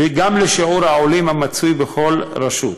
גם לשיעור העולים בכל רשות,